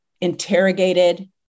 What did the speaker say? interrogated